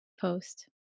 post